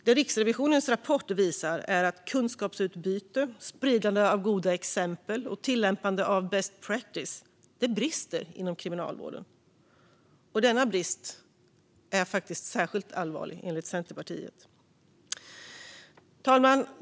Det Riksrevisionens rapport visar är att kunskapsutbyte, spridande av goda exempel och tillämpande av best practice brister inom Kriminalvården. Denna brist är enligt Centerpartiet särskilt allvarlig. Fru talman!